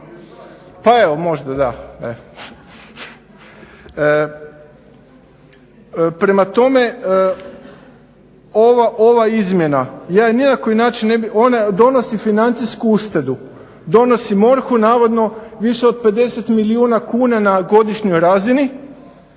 na koji način ne bi, onda donosi financijsku uštedu, donosi MORH-u navodno više od 50 milijuna kuna na godišnjoj razini,